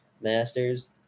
Masters